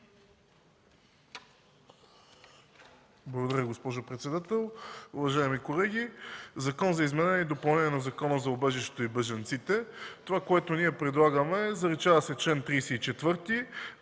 Благодаря, госпожо председател. Уважаеми колеги! „Закон за изменение и допълнение на Закона за убежището и бежанците” – това, което ние предлагаме, е: заличава се чл. 34,